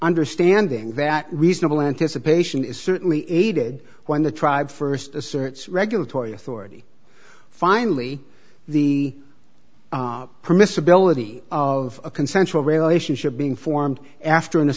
understanding that reasonable anticipation is certainly aided when the tribe st asserts regulatory authority finally the permissibility of a consensual relationship being formed after an